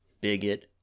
bigot